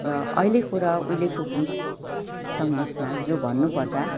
र अहिलेको र उहिलेको गीत सङ्गीतमा जो भन्नुपर्दा